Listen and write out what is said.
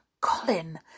Colin